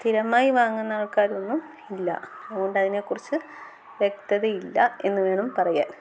സ്ഥിരമായി വാങ്ങുന്ന ആൾക്കാരൊന്നും ഇല്ല അതുകൊണ്ട് അതിനെക്കുറിച്ച് വ്യക്തത ഇല്ല എന്ന് വേണം പറയാൻ